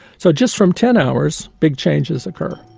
so just from ten hours, big changes occur.